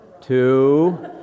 Two